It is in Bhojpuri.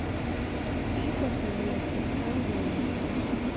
ई फसलिया से का होला?